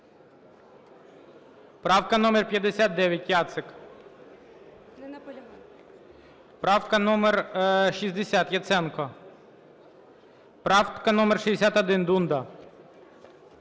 Правка номер 59, Яцик. Правка номер 60, Яценко. Правка номер 61, Дунда.